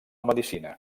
medicina